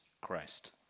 Christ